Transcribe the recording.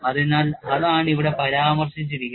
അതിനാൽ അതാണ് ഇവിടെ പരാമർശിച്ചിരിക്കുന്നത്